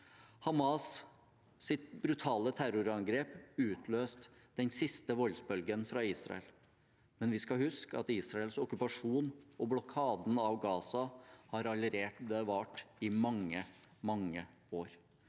Hamas’ brutale terrorangrep utløste den siste voldsbølgen fra Israel, men vi skal huske at Israels okkupasjon og blokaden av Gaza allerede har vart i mange, mange år.